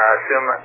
Assume